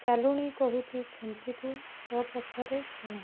ଚାଲୁଣି କହୁଛି ଛୁଞ୍ଚିକୁ ତୋ ପଛରେ କଣା